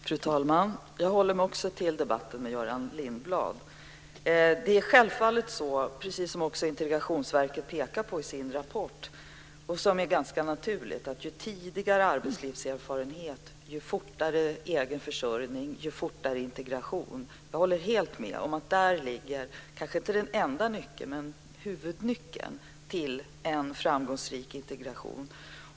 Fru talman! Också jag håller mig till min och Göran Lindblads debatt. Det är självfallet så, som Integrationsverket pekar på i sin rapport och som är ganska naturligt, att ju tidigare arbetslivserfarenhet och ju snabbare egen försörjning, desto fortare får man integration. Jag håller helt med om att där ligger kanske inte den enda nyckeln men huvudnyckeln till en framgångsrik integration.